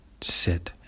sit